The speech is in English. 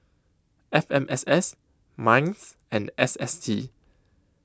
F M S S Minds and S S T